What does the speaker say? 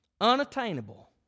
unattainable